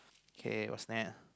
kay what's next